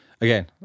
again